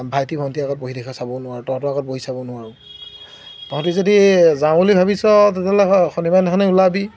ভাইটি ভণ্টি আগত বহি থাকিলে চাবও নোৱাৰোঁ তহঁতৰ আগত বহি চাব নোৱাৰোঁ তহঁতি যদি যাওঁ বুলি ভাবিছ তেতিয়াহ'লে শনিবাৰদিনাখনেই ওলাবি